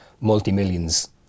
multi-millions